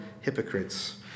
hypocrites